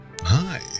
Hi